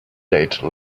date